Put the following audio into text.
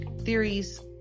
theories